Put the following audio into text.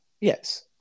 Yes